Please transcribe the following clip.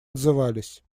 отзывались